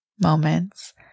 moments